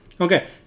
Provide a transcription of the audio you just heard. Okay